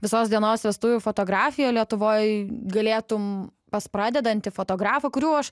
visos dienos vestuvių fotografiją lietuvoj galėtum pas pradedantį fotografą kurių aš